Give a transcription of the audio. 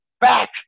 back